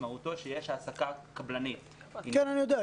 משמעותו שיש העסקה קבלנית -- אני יודע,